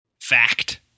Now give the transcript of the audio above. Fact